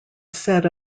said